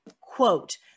quote